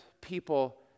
people